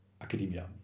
Academia